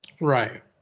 Right